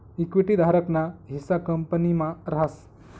equity धारक ना हिस्सा कंपनी मा रास